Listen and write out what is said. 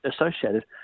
associated